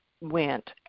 went